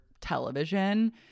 Television